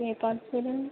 ఏ పాలసీలండి